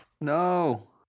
No